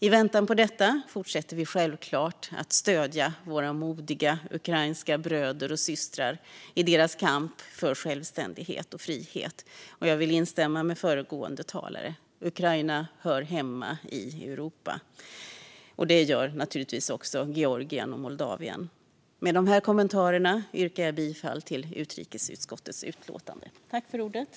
I väntan på detta fortsätter vi självklart att stödja våra modiga ukrainska bröder och systrar i deras kamp för självständighet och frihet. Jag vill instämma med föregående talare: Ukraina hör hemma i Europa. Det gör naturligtvis också Georgien och Moldavien. Med dessa kommentarer yrkar jag bifall till utrikesutskottets förslag.